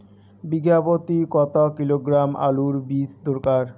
বিঘা প্রতি কত কিলোগ্রাম আলুর বীজ দরকার?